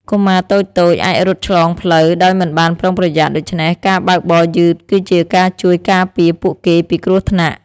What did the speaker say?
កុមារតូចៗអាចរត់ឆ្លងផ្លូវដោយមិនបានប្រុងប្រយ័ត្នដូច្នេះការបើកបរយឺតគឺជាការជួយការពារពួកគេពីគ្រោះថ្នាក់។